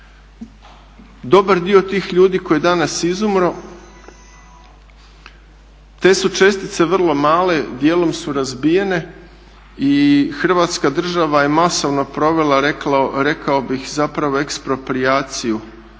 Dobar dio tih ljudi koji je danas izumro te su čestice vrlo male, dijelom su razbijene i Hrvatska država je masovno provela rekao bih zapravo eksproprijaciju